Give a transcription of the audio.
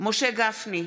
משה גפני,